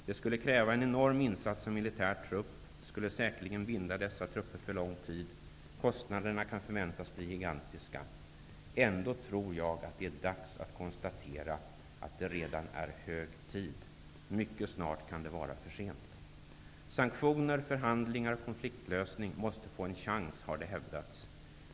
Det skulle kräva en enorm insats av militär trupp, och det skulle säkerligen binda dessa trupper för lång tid. Kostnaderna kan förväntas bli gigantiska. Ändå tror jag att det är dags att konstatera att det redan är hög tid. Mycket snart kan det vara för sent. Sanktioner, förhandlingar och konfliktlösning måste få en chans, har det hävdats.